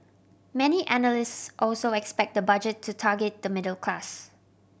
many analysts also expect the Budget to target the middle class